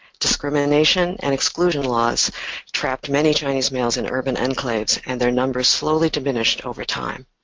discrimination and exclusion laws trapped many chinese males in urban enclaves and their number slowly diminished over time.